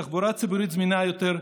תחבורה ציבורית זמינה יותר,